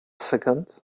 second